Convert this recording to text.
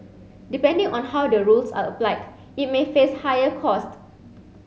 depending on how the rules are applied it may face higher cost